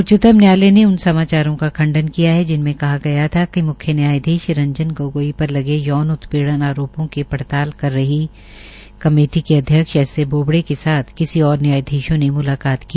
उच्चतम न्यायालय ने उन समाचारों का खंडन किया है कि जिनमें कहा गया था कि मुख्य न्यायधीश रंजन गोगोई पर लगे यौन उत्पीड़न आरोपों की पड़ताल कर कमेटी के अध्यक्ष एस ए बोबडे के साथ किसी और न्यायधीशों ने मुलाकात की